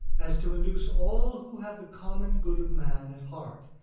as to induce all who have the common good of man at heart,